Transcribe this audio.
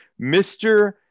Mr